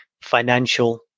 financial